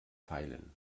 feilen